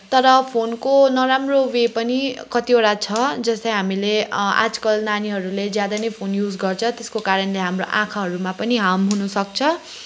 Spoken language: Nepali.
तर फोनको नराम्रो वे पनि कतिवटा छ जस्तै हामीले आजकल नानीहरूले ज्यादा नै फोन युज गर्छ त्यसको कारणले हाम्रो आँखाहरूमा पनि हार्म हुनुसक्छ